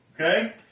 Okay